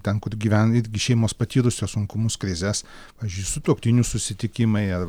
ten kur gyvena irgi šeimos patyrusios sunkumus krizes pavyzdžiui sutuoktinių susitikimai ar